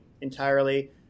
entirely